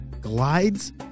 glides